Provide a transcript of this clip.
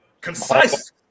Concise